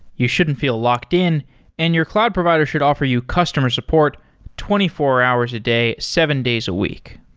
you shouldn't feel locked in and your cloud provider should offer you customer support twenty four hours a day, seven days a week,